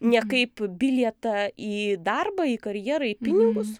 ne kaip bilietą į darbą į karjerą į pinigus